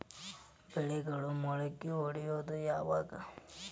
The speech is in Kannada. ಬೆಳೆಗಳು ಮೊಳಕೆ ಒಡಿಯೋದ್ ಯಾವಾಗ್?